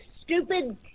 stupid